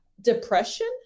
depression